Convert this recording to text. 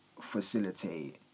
facilitate